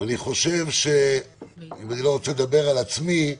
אני לא רוצה לדבר על עצמי,